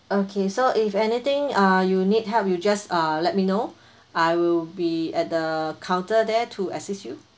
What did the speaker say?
okay so if anything uh you need help you just uh let me know I will be at the counter there to assist you